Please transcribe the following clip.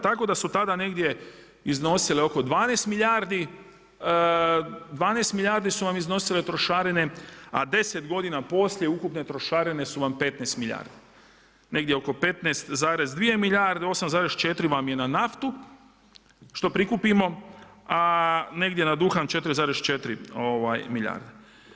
Tako da su tada negdje iznosile oko 12 milijardi, 12 milijardi su vam iznosile trošarine, a 10 godina poslije ukupne trošarine su vam 15 milijardi, negdje oko 15,2 milijarde, 8,4 vam je na naftu, što prikupimo, a negdje na duha 4,4 milijarde.